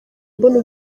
mbona